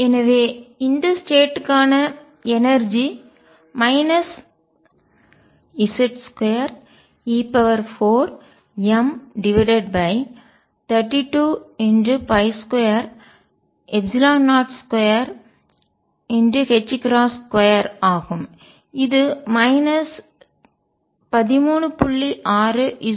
எனவே இந்த ஸ்டேட் க்கான எனர்ஜிஆற்றல் Z2e4m322022 ஆகும் இது 13